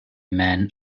men